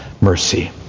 mercy